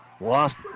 lost